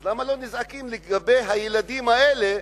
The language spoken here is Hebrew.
אז למה לא נזעקים לגבי הילדים האלה,